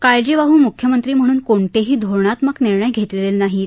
काळजीवाह म्ख्यमंत्री म्हणून कोणतेही धोरणात्मक निर्णय घेतलेले नाहीत